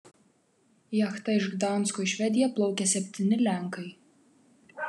jachta iš gdansko į švediją plaukė septyni lenkai